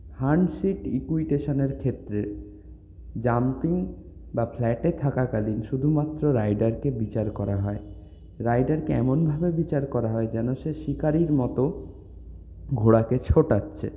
হানসিট ইক্যুইটেশেনের ক্ষেত্রে জাম্পিং বা ফ্ল্যাটে থাকাকালীন শুধুমাত্র রাইডারকে বিচার করা হয় রাইডারকে এমনভাবে বিচার করা হয় যেন সে শিকারির মতো ঘোড়াকে ছোটাচ্ছে